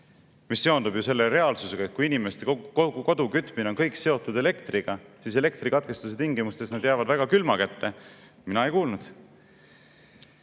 mis seondub selle reaalsusega, et kui inimeste kodu kütmine on kõik seotud elektriga, siis elektrikatkestuse tingimustes jäävad nad külma kätte, mina ei kuulnud. Ei